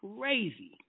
crazy